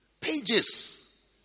Pages